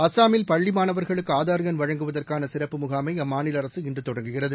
அசாமில் பள்ளிமாணவர்களுக்குஆதார் எண் வழங்குவதற்கானசிறப்பு முகாமைஅம்மாநிலஅரசு இன்றுதொடங்குகிறது